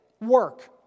work